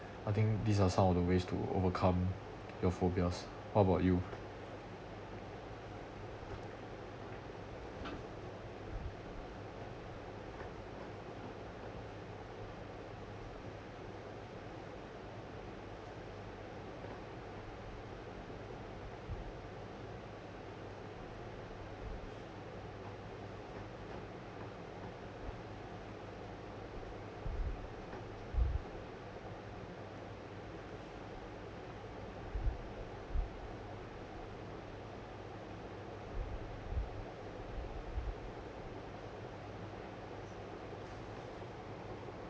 I think these are some of the ways to overcome your phobias what about you